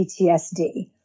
PTSD